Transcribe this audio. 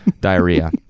diarrhea